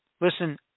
Listen